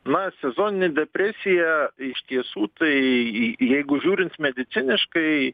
na sezoninė depresija iš tiesų tai jeigu žiūrint mediciniškai